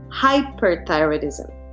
hyperthyroidism